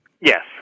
Yes